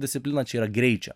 disciplina čia yra greičio